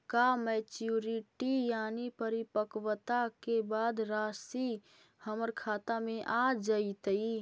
का मैच्यूरिटी यानी परिपक्वता के बाद रासि हमर खाता में आ जइतई?